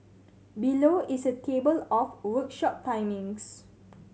below is a table of workshop timings